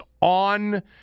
on